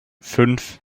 fünf